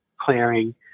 clearing